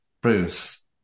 Bruce